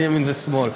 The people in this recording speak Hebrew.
יהיה ימין ושמאל,